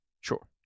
Sure